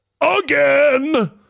again